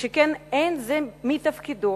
שכן אין זה מתפקידו